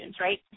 right